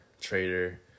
trader